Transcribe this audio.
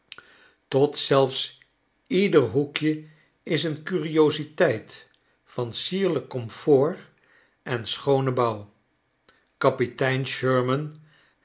tot zelfs ieder hoekje is een curiositeit van sierlijk comfort en schoonen bouw kapitein sherman